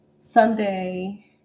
Sunday